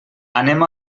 anem